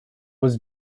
was